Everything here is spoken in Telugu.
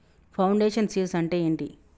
ఫౌండేషన్ సీడ్స్ అంటే ఏంటి?